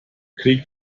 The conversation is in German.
krieg